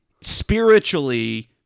spiritually